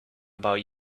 about